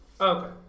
Okay